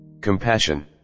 compassion